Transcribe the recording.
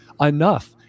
enough